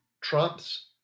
Trump's